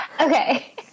okay